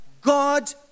God